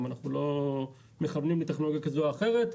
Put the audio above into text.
אנחנו לא מכוונים לטכנולוגיה כזו או אחרת.